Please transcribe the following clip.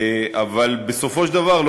אבל בסופו של דבר,